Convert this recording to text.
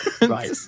Right